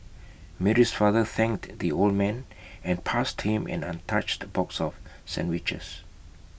Mary's father thanked the old man and passed him an untouched box of sandwiches